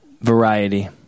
Variety